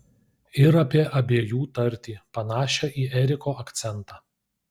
ir apie abiejų tartį panašią į eriko akcentą